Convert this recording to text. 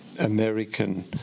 American